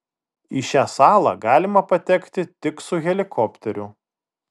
į šią salą galima patekti tik su helikopteriu